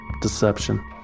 deception